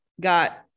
got